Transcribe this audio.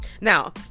Now